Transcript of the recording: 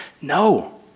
No